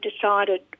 decided